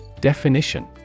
Definition